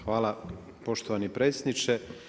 Hvala poštovani predsjedniče.